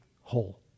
whole